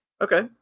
okay